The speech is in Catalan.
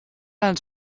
els